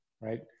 right